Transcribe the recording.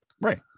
right